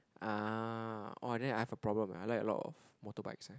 ah orh then I have a problem I like a lot of motorbikes eh